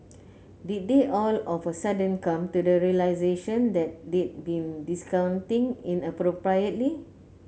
did they all of a sudden come to the realisation that they'd been discounting inappropriately